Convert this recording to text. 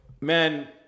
man